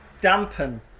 dampen